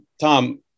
Tom